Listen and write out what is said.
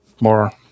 more